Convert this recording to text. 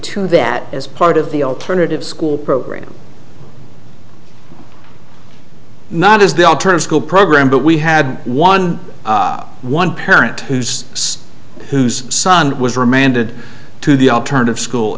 to that as part of the alternative school program not as the alternative school program but we had one one parent whose son whose son was remanded to the alternative school